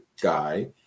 guy